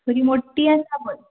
बरी मोट्टीं आसा पूण